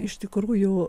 iš tikrųjų